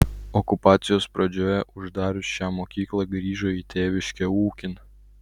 okupacijos pradžioje uždarius šią mokyklą grįžo į tėviškę ūkin